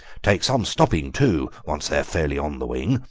take some stopping too, once they're fairly on the wing.